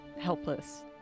helpless